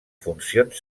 funcions